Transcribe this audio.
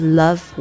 love